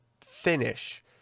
finish